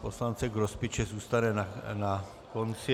poslance Grospiče zůstane na konci.